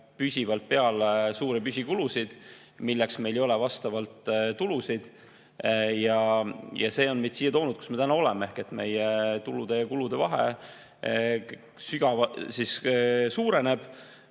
püsivalt suuri püsikulusid, milleks meil ei ole vastavalt tulusid. Ja see on meid siia toonud, kus me täna oleme, ehk meie tulude ja kulude vahe suureneb.